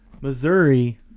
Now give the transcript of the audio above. Missouri